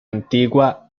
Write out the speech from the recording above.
antigua